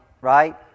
right